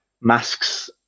masks